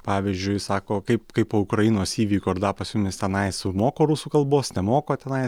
pavyzdžiui sako kaip kaip po ukrainos įvykių ar da pas jumis tenais moko rusų kalbos nemoko tenais